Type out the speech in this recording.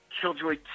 Killjoy